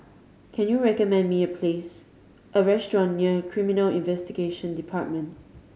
can you recommend me a place a restaurant near Criminal Investigation Department